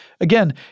Again